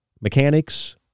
mechanics